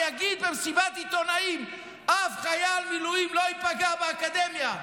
ויגיד במסיבת עיתונאים: אף חייל מילואים לא ייפגע באקדמיה.